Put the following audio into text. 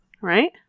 Right